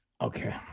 Okay